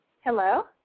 Hello